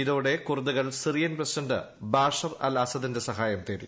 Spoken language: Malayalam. ഇതോടെ കുർദുകൾ സിറിയൻ പ്രസിഡന്റ് ബാഷർ അൽ അസദിന്റെ സഹായം തേടി